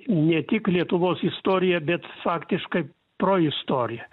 ne tik lietuvos istorija bet faktiškai proistorija